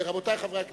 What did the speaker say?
רבותי חברי הכנסת.